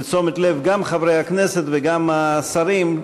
לתשומת לב גם חברי הכנסת וגם השרים,